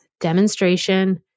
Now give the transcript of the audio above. demonstration